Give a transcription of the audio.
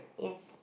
yes